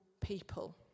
people